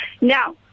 Now